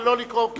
אל תפריע לי.